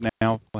now